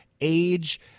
age